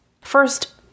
First